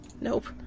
Nope